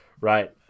right